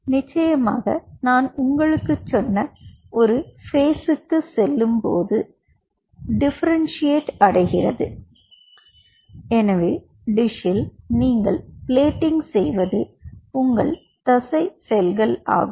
பின்னர் நிச்சயமாக நான் உங்களுக்கு சொன்ன ஒரு பேசுக்கு செல்லும் பொது டிஃபரென்ட்சியாட் அடைகிறது எனவே டிஷ்ஷில் நீங்கள் பிளேட்டிங் செய்வது உங்கள் தசை செல்கள் ஆகும்